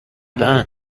الآن